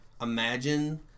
imagine